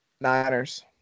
Niners